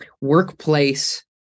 workplace